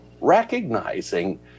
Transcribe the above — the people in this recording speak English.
recognizing